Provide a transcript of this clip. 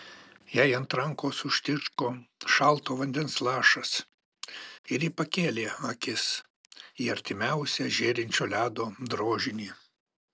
jai ant rankos užtiško šalto vandens lašas ir ji pakėlė akis į artimiausią žėrinčio ledo drožinį